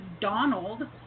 Donald